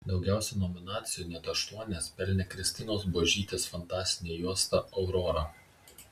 daugiausiai nominacijų net aštuonias pelnė kristinos buožytės fantastinė juosta aurora